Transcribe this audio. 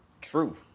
true